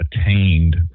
attained